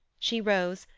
she rose,